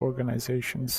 organizations